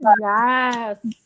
Yes